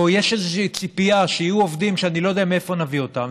או שיש איזו ציפייה שיהיו עובדים שאני לא יודע מאיפה נביא אותם,